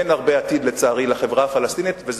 אין הרבה עתיד, לצערי, לחברה הפלסטינית, וזה,